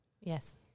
Yes